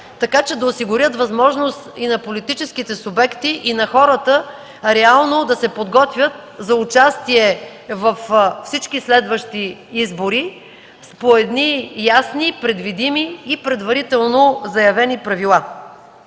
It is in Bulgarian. така че да осигурят възможност и на политическите субекти, и на хората реално да се подготвят за участие във всички следващи избори с ясни, предвидими и предварително заявени правила.